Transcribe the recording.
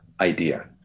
idea